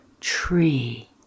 tree